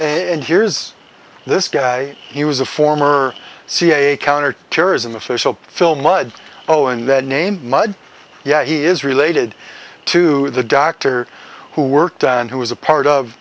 and here's this guy he was a former cia counterterrorism official phil mudd oh and the name mud yeah he is related to the doctor who worked on who was a part of